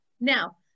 Now